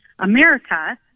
America